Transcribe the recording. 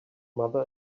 mother